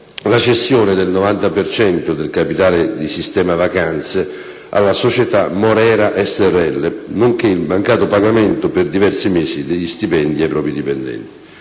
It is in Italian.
la cessione del 90 per cento del capitale di Sistema Vacanze alla società Morera s.r.l., nonché il mancato pagamento, per diversi mesi, degli stipendi ai propri dipendenti.